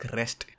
rest